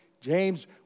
James